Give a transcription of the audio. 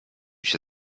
się